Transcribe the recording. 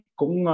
cũng